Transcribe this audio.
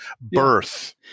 birth